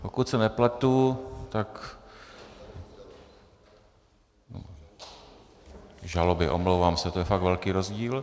Pokud se nepletu, tak Žaloby, omlouvám se, to je fakt velký rozdíl.